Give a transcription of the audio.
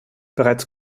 bereits